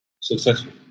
successful